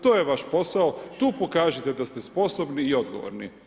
To je vaš posao tu pokažite da ste sposobni i odgovorni.